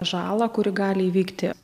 žalą kuri gali įvykti